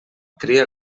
cria